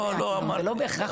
לא אמרתי.